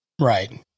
Right